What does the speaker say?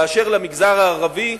באשר למגזר הערבי,